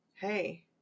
hey